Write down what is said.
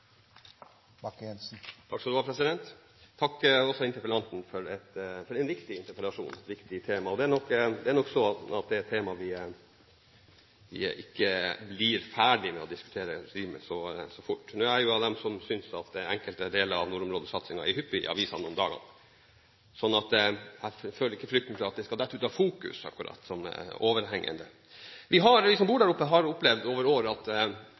et tema som vi ikke blir ferdig med å diskutere så fort. Nå er jeg en av dem som synes at enkelte deler av nordområdesatsingen er hyppig i avisene om dagen, så jeg føler ikke at faren for at det skal falle ut av fokus, akkurat er overhengende. Vi som bor der oppe, har opplevd, over år, at